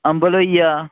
अम्बल होई गेआ